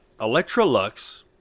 Electrolux